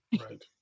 Right